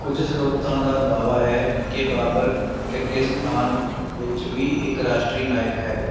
ਕੁਝ ਸਰੋਤਾਂ ਦਾ ਦਾਅਵਾ ਹੈ ਕਿ ਬਾਬਰ ਕਿਰਗਿਜ਼ਸਤਾਨ ਵਿੱਚ ਵੀ ਇੱਕ ਰਾਸ਼ਟਰੀ ਨਾਇਕ ਹੈ